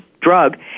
drug